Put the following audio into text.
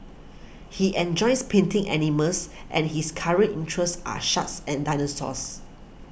he enjoys painting animals and his current interests are sharks and dinosaurs